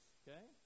okay